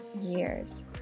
years